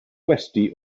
gwesty